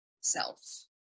self